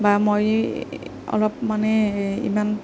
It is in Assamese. বা মই অলপ মানে ইমান